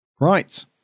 Right